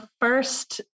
first